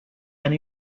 and